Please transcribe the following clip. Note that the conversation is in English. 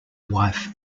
wife